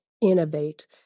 innovate